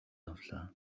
авлаа